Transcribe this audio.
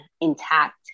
intact